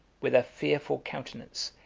with a fearful countenance,